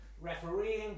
refereeing